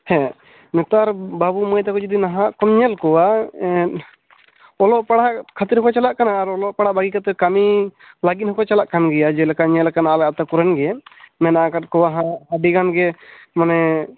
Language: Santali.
ᱦᱮᱸ ᱱᱮᱛᱟᱨ ᱵᱟᱹᱵᱩ ᱢᱟᱹᱭ ᱛᱟᱠᱚ ᱡᱩᱫᱤ ᱱᱟᱦᱟᱜ ᱠᱚᱢ ᱧᱮᱞ ᱠᱚᱣᱟ ᱮᱸᱫ ᱚᱞᱚᱜ ᱯᱟᱲᱦᱟᱜ ᱠᱷᱟᱹᱛᱤᱨ ᱦᱚᱸᱠᱚ ᱪᱟᱞᱟᱜ ᱠᱟᱱᱟ ᱟᱨ ᱚᱞᱚᱜ ᱯᱟᱲᱦᱟᱜ ᱵᱟᱹᱜᱤ ᱠᱟᱛᱮᱫ ᱠᱟᱹᱢᱤ ᱞᱟᱹᱜᱤᱫ ᱦᱚᱸᱠᱚ ᱪᱟᱞᱟᱜ ᱠᱟᱱ ᱜᱮᱭᱟ ᱡᱮᱞᱮᱠᱟᱢ ᱧᱮᱞ ᱟᱠᱟᱱᱟ ᱟᱞᱮ ᱟᱹᱛᱩ ᱠᱚᱨᱮᱱ ᱜᱮ ᱢᱮᱱᱟᱜ ᱟᱠᱟᱫ ᱠᱚᱣᱟ ᱦᱟᱸᱜ ᱟᱹᱰᱤ ᱜᱟᱱ ᱜᱮ ᱢᱟᱱᱮ